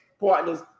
partners